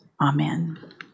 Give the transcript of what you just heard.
Amen